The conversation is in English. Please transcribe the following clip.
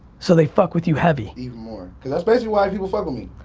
so they fuck with you heavy. even more cause that's basically why people fuck with me.